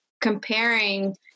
comparing